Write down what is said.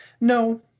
No